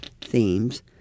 themes